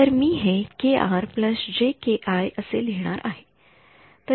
तर मी हे असे लिहिणार आहे